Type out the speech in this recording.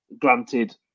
granted